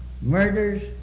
murders